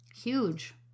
huge